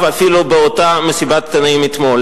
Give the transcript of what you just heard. אפילו באותה מסיבת עיתונאים אתמול.